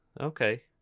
Okay